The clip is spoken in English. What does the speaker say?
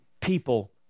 people